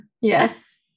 Yes